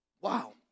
Wow